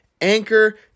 Anchor